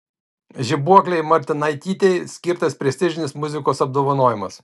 žibuoklei martinaitytei skirtas prestižinis muzikos apdovanojimas